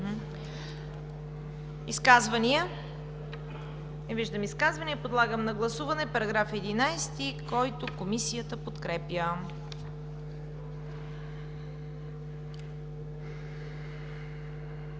Изказвания? Не виждам изказвания. Подлагам на гласуване § 11, който Комисията подкрепя.